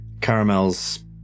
Caramel's